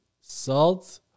Salt